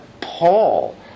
Paul